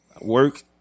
Work